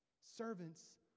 servants